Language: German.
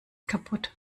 kaputt